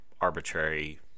arbitrary